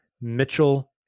Mitchell